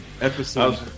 Episode